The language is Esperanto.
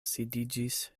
sidiĝis